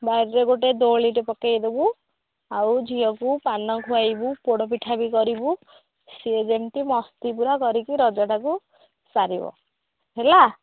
ବାରିରେ ଗୋଟେ ଦୋଳିଟେ ପକାଇଦେବୁ ଆଉ ଝିଅକୁ ପାନ ଖୁଆଇବୁ ପୋଡ଼ପିଠା ବି କରିବୁ ସେ ଯେମତି ମସ୍ତି ପୁରା କରିକି ରଜଟାକୁ ସାରିବ ହେଲା